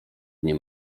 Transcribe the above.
dnie